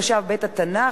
מושב בית-התנ"ך),